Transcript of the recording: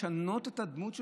לשנות את הדמות שלך?